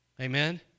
Amen